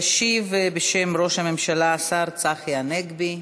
ישיב בשם ראש הממשלה השר צחי הנגבי.